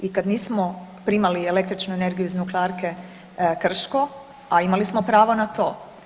I kad nismo primali električnu energiju iz nuklearke Krško, a imali smo pravo na to.